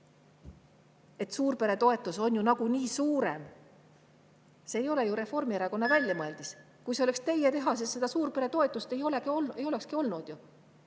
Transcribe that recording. et suurperetoetus on ju nagunii suurem, ei ole Reformierakonna väljamõeldis. Kui see oleks teie teha, siis seda suurperetoetust ei olekski olnud ju.